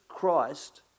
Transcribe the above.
Christ